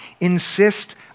insist